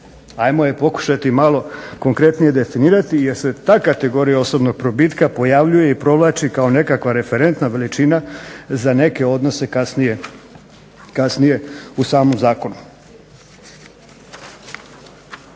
Hajmo je pokušati malo konkretnije definirati jer se ta kategorija osobnog probitka pojavljuje i provlači kao nekakva referentna veličina za neke odnose kasnije u samom zakonu.